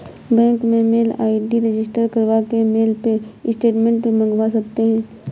bank में mail ID register करवा के मेल पे स्टेटमेंट मंगवा सकते है